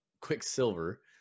quicksilver